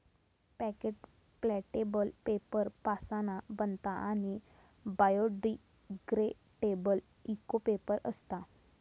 packet प्लॅटेबल paper पासना बनता आणि बायोडिग्रेडेबल इको पेपर असता